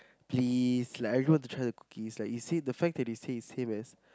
please like I go to try the cookies like you see the fact that you see is him as